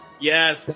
Yes